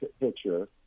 picture